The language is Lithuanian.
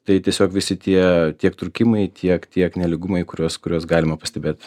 tai tiesiog visi tie tiek trūkimai tiek tiek nelygumai kuriuos kuriuos galima pastebėt